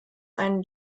einen